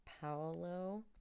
Paolo